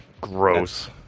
gross